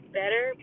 better